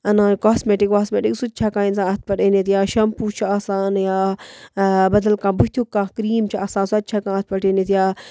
اَنان کاسمٮ۪ٹِک واسمٮ۪ٹِک سُہ تہِ چھُ ہٮ۪کان اِنسان اَتھ پٮ۪ٹھ أنِتھ یا شمپوٗ چھُ آسان یا بدل کانٛہہ بٕتھیُک کانٛہہ کریٖم چھُ آسان سۄ تہِ چھِ ہٮ۪کان اَتھ پٮ۪ٹھ أنِتھ یا